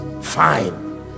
fine